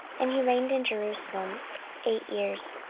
and he reigned in jerusalem eight years,